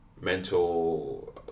Mental